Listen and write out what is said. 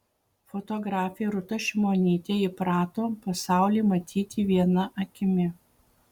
fotografė rūta šimonytė įprato pasaulį matyti viena akimi